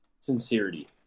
sincerity